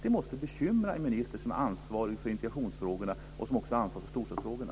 Det måste bekymra en minister som har ansvaret för integrationsfrågorna och även för storstadsfrågorna.